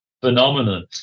phenomenon